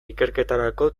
ikerketarako